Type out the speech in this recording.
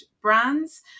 brands